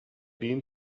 been